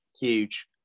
huge